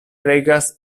regas